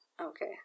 Okay